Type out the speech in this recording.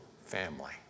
family